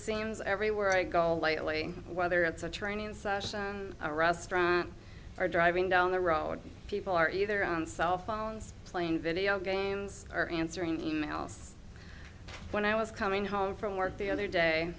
seems everywhere i go lightly whether it's a training session a restaurant or driving down the road people are either on cell phones playing video games or answering emails when i was coming home from work the other day